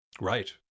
Right